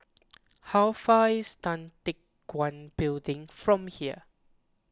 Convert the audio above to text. how far away is Tan Teck Guan Building from here